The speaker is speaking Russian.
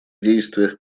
действиях